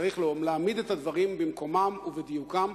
צריך להעמיד את הדברים במקומם ועל דיוקם.